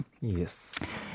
Yes